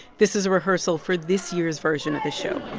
this is a rehearsal for this year's version of the show